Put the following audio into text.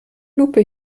lupe